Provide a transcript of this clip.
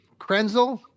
Krenzel